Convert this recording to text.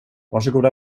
varsågoda